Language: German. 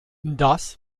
das